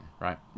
right